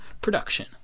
production